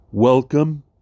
Welcome